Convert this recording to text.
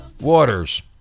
Waters